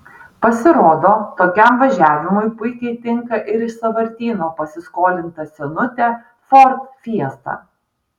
pasirodo tokiam važiavimui puikiai tinka ir iš sąvartyno pasiskolinta senutė ford fiesta